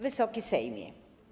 Wysoki Sejmie!